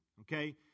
okay